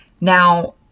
Now